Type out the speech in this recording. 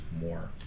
more